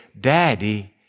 daddy